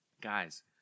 guys